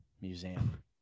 museum